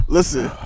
Listen